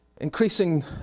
increasing